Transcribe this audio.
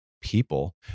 people